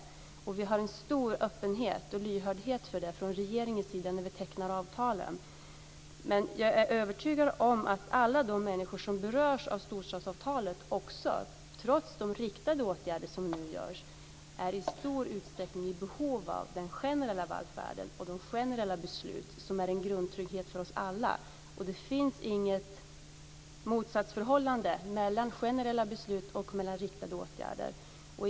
Vi har från regeringens sida en stor öppenhet och lyhördhet för detta när vi tecknar avtalen. Men jag är övertygad om att alla de människor som berörs av storstadsavtalet, trots de riktade åtgärder som nu vidtas, i stor utsträckning är i behov av den generella välfärden och de generella beslut som är en grundtrygghet för oss alla. Det finns inget motsatsförhållande mellan generella beslut och riktade åtgärder.